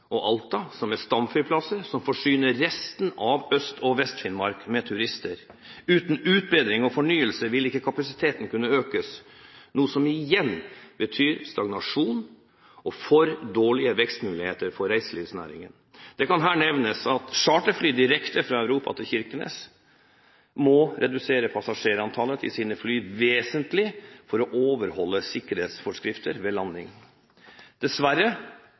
i Alta, som har stamflyplasser som forsyner resten av Øst- og Vest-Finnmark med turister. Uten utbedringer og fornyelse vil ikke kapasiteten kunne økes, noe som igjen vil bety stagnasjon og for dårlige vekstmuligheter for reiselivsnæringen. Det kan her nevnes at charterfly direkte fra Europa til Kirkenes må redusere passasjerantallet i sine fly vesentlig for å overholde sikkerhetsforskrifter ved landing. Dessverre